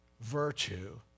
virtue